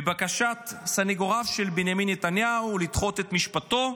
בבקשת סנגוריו של בנימין נתניהו לדחות את משפטו,